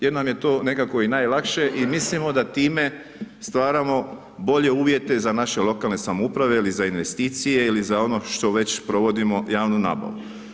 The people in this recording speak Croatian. Jer nam je to nekako i najlakše i mislimo da time stvaramo bolje uvjete za naše lokalne samouprave ili za investicije ili za ono što već provodimo javnu nabavu.